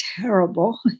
terrible